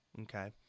Okay